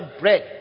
bread